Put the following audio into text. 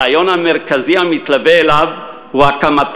הרעיון המרכזי המתלווה לחוק הוא הקמת